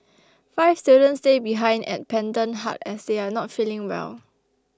five students stay behind at Pendant Hut as they are not feeling well